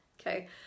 okay